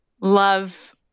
Love